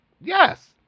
Yes